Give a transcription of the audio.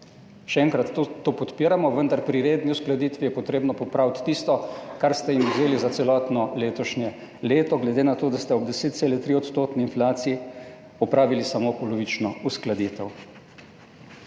Še enkrat, to podpiramo, vendar je pri redni uskladitvi treba popraviti tisto, kar ste jim vzeli za celotno letošnje leto, glede na to, da ste ob 10,3-odstotni inflaciji opravili samo polovično uskladitev.